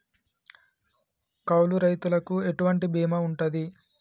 కౌలు రైతులకు ఎటువంటి బీమా ఉంటది?